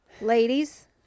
Ladies